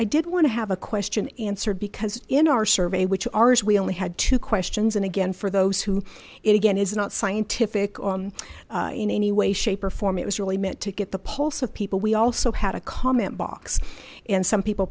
i did want to have a question answered because in our survey which ours we only had two questions and again for those who it again is not scientific on in any way shape or form it was really meant to get the pulse of people we also had a comment box and some people